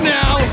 now